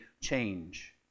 change